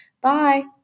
Bye